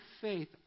faith